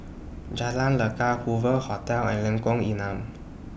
Jalan Lekar Hoover Hotel and Lengkong Enam